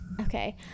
Okay